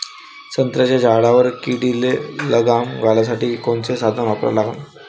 संत्र्याच्या झाडावर किडीले लगाम घालासाठी कोनचे साधनं वापरा लागन?